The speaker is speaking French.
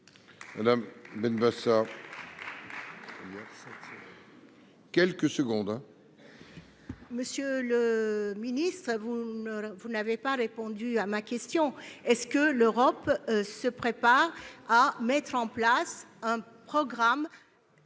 Esther Benbassa, pour la réplique. Monsieur le ministre, vous n'avez pas répondu à ma question ! Est-ce que l'Europe se prépare à mettre en place un programme